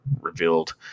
revealed